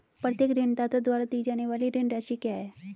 प्रत्येक ऋणदाता द्वारा दी जाने वाली ऋण राशि क्या है?